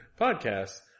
podcasts